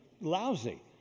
lousy